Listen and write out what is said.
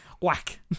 Whack